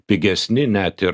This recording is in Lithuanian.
pigesni net ir